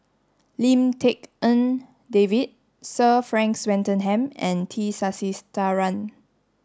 Lim Tik En David Sir Frank Swettenham and T Sasitharan